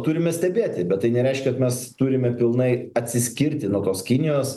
turime stebėti bet tai nereiškia kad mes turime pilnai atsiskirti nuo tos kinijos